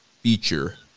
feature